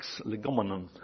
legomenon